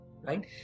right